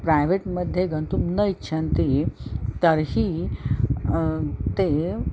private मध्ये गन्तुं न इच्छन्ति तर्हि ते